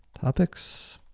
topics,